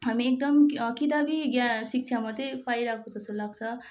हामी एकदम किताबी ज्ञा शिक्षा मात्रै पाइरहकोे जस्तो लाग्छ